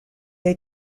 est